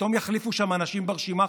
פתאום יחליפו שם אנשים ברשימה,